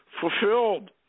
fulfilled